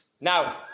Now